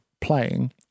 playing